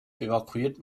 evakuiert